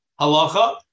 halacha